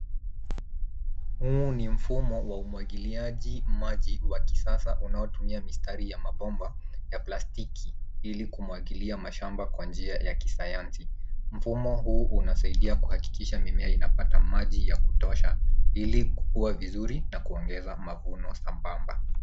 Huu ni mfumo wa umwagiliaji maji wa kisasa unaotumia mistari ya mabomba ya plastiki ili kumwagilia mashamba kwa njia ya kisayansi. Mfumo huu unasaidia kuhakikisha mimea inapata maji ya kutosha ili kukua vizuri na kuongeza mavuno sambamba.